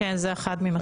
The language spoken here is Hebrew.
כן, זו אחת ממטרות החוק.